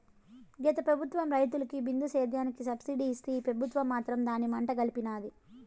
గత పెబుత్వం రైతులకి బిందు సేద్యానికి సబ్సిడీ ఇస్తే ఈ పెబుత్వం మాత్రం దాన్ని మంట గల్పినాది